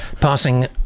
passing